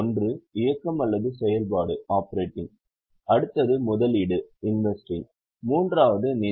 ஒன்று இயக்கம் அல்லது செயல்பாடு அடுத்தது முதலீடு மூன்றாவது நிதி